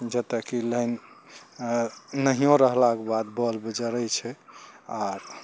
जतऽ की लाइन नहियो रहलाक बाद बल्ब जरय छै आओर